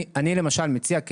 אני למשל מציע,